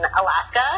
Alaska